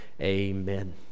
Amen